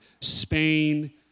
Spain